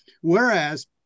Whereas